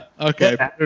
Okay